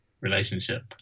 relationship